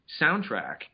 soundtrack